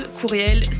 courriel